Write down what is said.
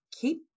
keep